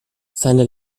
seine